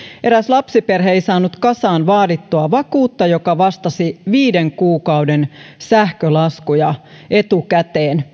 eräs lapsiperhe ei saanut kasaan vaadittua vakuutta joka vastasi viiden kuukauden sähkölaskuja etukäteen